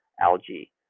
algae